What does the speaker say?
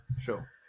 sure